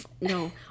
No